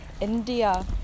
India